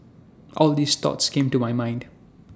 all these thoughts came to my mind